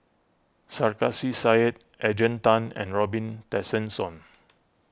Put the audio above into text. Sarkasi Said Adrian Tan and Robin Tessensohn